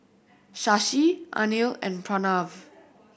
Shashi Anil and Pranav